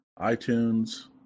iTunes